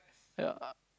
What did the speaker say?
ya